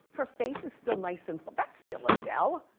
her face is still nice and, that's still adele.